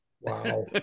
Wow